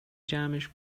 جمعش